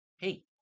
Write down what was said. Hey